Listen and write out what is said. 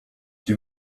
czy